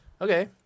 Okay